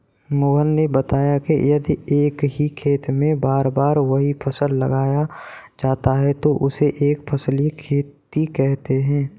मोहन ने बताया कि यदि एक ही खेत में बार बार वही फसल लगाया जाता है तो उसे एक फसलीय खेती कहते हैं